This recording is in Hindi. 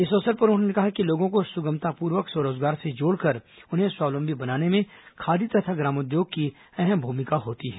इस अवसर पर उन्होंने कहा कि लोगों को सुगमतापूर्वक स्व रोजगार से जोड़कर उन्हें स्वावलंबी बनाने में खादी तथा ग्रामोद्योग की अहम भूमिका होती है